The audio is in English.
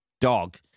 dog